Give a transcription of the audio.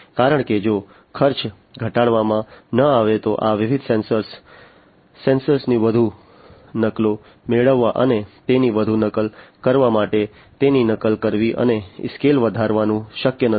કારણ કે જો ખર્ચ ઘટાડવામાં ન આવે તો આ વિવિધ સેન્સર ની વધુ નકલો મેળવવા અને તેની વધુ નકલ કરવા માટે તેની નકલ કરવી અને સ્કેલ વધારવાનું શક્ય નથી